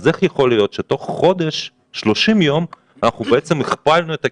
אז איך יכול להיות שתוך חודש הכפלנו את הקצב?